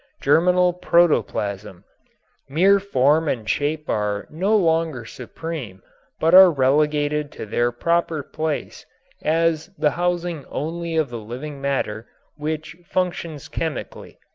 germinal protoplasm mere form and shape are no longer supreme but are relegated to their proper place as the housing only of the living matter which functions chemically.